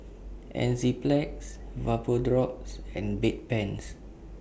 Enzyplex Vapodrops and Bedpans